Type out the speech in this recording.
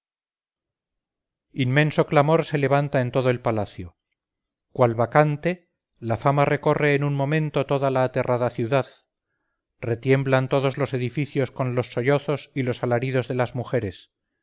inmenso clamor se levanta en todo el palacio cual bacante la fama recorre en un momento toda la aterrada ciudad retiemblan todos los edificios con los sollozos y los alaridos de las mujeres